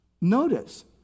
Notice